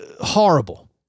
horrible